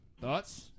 Thoughts